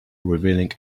revealing